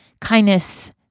kindness